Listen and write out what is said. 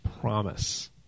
promise